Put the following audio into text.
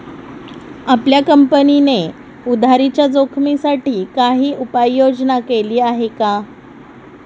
आपल्या कंपनीने उधारीच्या जोखिमीसाठी काही उपाययोजना केली आहे का?